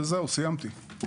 סיימתי.